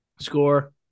Score